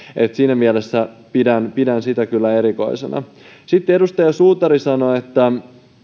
siinä mielessä pidän pidän sitä kyllä erikoisena edustaja suutari sanoi että